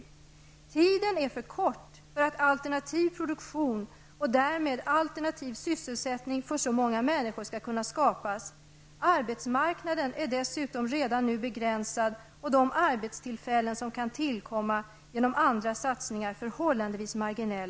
Det är inte möjligt att under en så kort tid som fem år få fram alternativ produktion och därmed alternativ sysselsättning för så många människor. Till detta kommer att arbetsmarknaden redan nu är begränsad och att de arbetstillfällen som under den angivna tiden kan tillkomma genom satsningar på de befintliga småföretagen är förhållandevis marginella.''